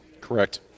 Correct